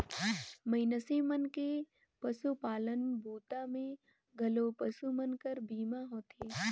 मइनसे मन के पसुपालन बूता मे घलो पसु मन कर बीमा होथे